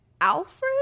Alfred